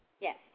Yes